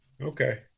Okay